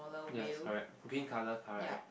yes correct green colour car right